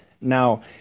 Now